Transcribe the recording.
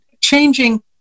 changing